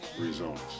results